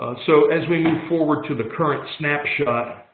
ah so as we look forward to the current snapshot,